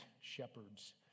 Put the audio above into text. shepherds